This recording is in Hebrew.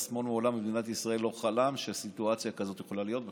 השמאל במדינת ישראל מעולם לא חלם שסיטואציה כזאת יכולה להיות בכלל,